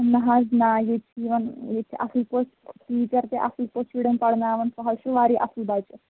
نہٕ حظ نَہ ییٚتہِ چھِ یِوان ییٚتہِ چھِ اَصٕل پٲٹھۍ ٹیٖچَر تہِ اَصٕل پٲٹھۍ شُرٮ۪ن پَرناوان سُہ حظ چھُ واریاہ اَصٕل بَچہٕ